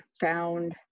found